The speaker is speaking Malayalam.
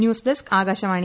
news desk Akashvani